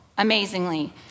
amazingly